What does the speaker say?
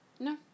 No